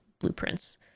blueprints